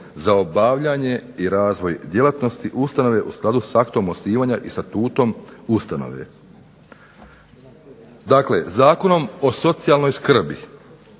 za obavljanje i razvoj djelatnosti ustanove u skladu s aktom osnivanja i statutom ustanove. Dakle Zakonom o socijalnoj skrbi